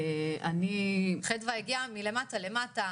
אני --- חדווה הגיעה מלמטה למטה,